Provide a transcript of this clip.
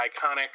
iconic